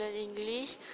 English